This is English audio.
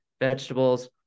vegetables